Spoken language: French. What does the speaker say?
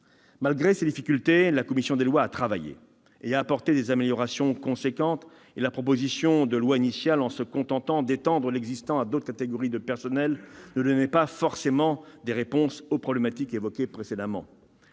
Malgré ces difficultés, la commission des lois a travaillé et a apporté des améliorations importantes. La proposition de loi initiale, en se contentant d'étendre l'existant à d'autres catégories de personnel, ne donnait pas forcément de réponses aux problématiques évoquées précédemment.